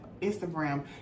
Instagram